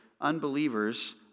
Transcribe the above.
unbelievers